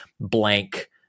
blank